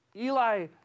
Eli